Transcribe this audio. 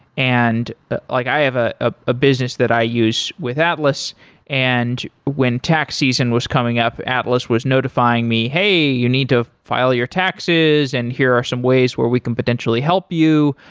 and ah like i have a ah ah business that i use with atlas and when tax season was coming up, atlas was notifying me, hey! you need to file your taxes and here are some ways where we can potentially help you.